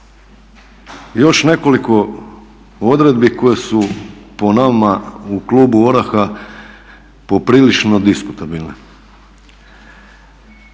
još nekoliko odredbi koje su po nama u klubu ORaH-a poprilično diskutabilne.